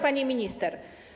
Pani Minister!